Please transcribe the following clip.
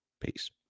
Peace